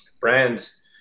brands